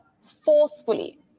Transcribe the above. forcefully